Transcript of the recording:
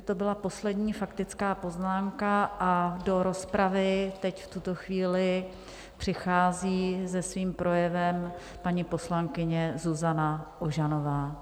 To byla poslední faktická poznámka a do rozpravy teď v tuto chvíli přichází se svým projevem paní poslankyně Zuzana Ožanová.